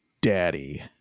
daddy